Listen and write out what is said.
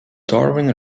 darwin